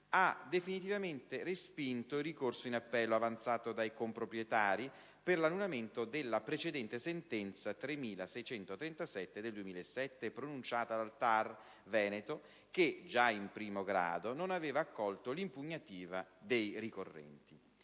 ha definitivamente respinto il ricorso in appello avanzato dai comproprietari per l'annullamento della precedente sentenza n. 3637 del 2007 pronunciata dal TAR Veneto che, già in primo grado, non aveva accolto l'impugnativa dei ricorrenti.